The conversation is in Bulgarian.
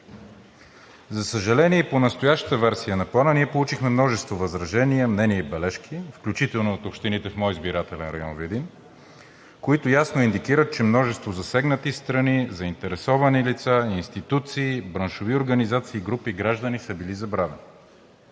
За съжаление, и по настоящата версия на Плана ние получихме множество възражения, мнения и бележки, включително и от общините в моя избирателен район Видин, които ясно индикират, че множество засегнати страни, заинтересовани лица, институции, браншови организации и групи граждани са били забравени.